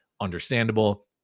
understandable